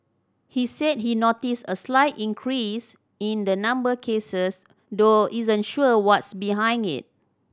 he said he noticed a slight increase in the number cases though isn't sure what's behind it